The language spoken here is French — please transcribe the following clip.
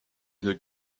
une